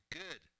good